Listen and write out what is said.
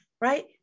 Right